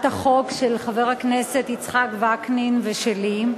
החוק של חבר הכנסת יצחק וקנין ושלי,